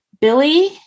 Billy